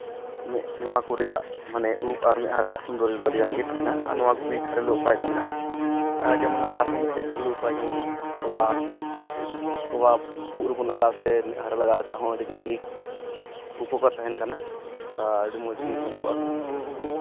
ᱢᱮᱫ ᱱᱚᱣᱟ ᱠᱚ ᱨᱮᱭᱟᱜ ᱩᱵ ᱟᱨ ᱢᱮᱫᱦᱟ ᱨᱮᱭᱟᱜ ᱥᱳᱱᱫᱚᱨᱡᱚ ᱫᱚ ᱟᱹᱰᱤᱜᱟᱱ ᱜᱮ ᱛᱟᱦᱮᱱᱟ ᱱᱚᱣᱟ ᱠᱚᱜᱮ ᱜᱷᱚᱨᱮᱞᱳ ᱩᱯᱟᱭ ᱫᱚ ᱢᱮᱱᱟᱜᱼᱟ ᱟᱨ ᱡᱮᱢᱚᱱ ᱟᱨᱦᱚᱸ ᱢᱤᱫᱴᱮᱡ ᱜᱷᱚᱨᱮᱞᱳ ᱩᱯᱟᱭ ᱡᱮᱢᱚᱱ ᱛᱳᱣᱟ ᱛᱳᱣᱟ ᱩᱵ ᱨᱮᱵᱚᱱ ᱞᱟᱜᱟᱣᱟ ᱥᱮ ᱢᱮᱫᱦᱟ ᱨᱮ ᱞᱟᱜᱟᱣ ᱞᱮᱠᱷᱟᱡ ᱟᱹᱰᱤᱜᱟᱱ ᱜᱮ ᱩᱯᱠᱟᱨ ᱛᱟᱦᱮᱱ ᱠᱟᱱᱟ ᱟᱨ ᱟᱹᱰᱤ ᱢᱚᱡᱽ ᱜᱮ ᱦᱩᱭᱩᱜᱚᱜᱼᱟ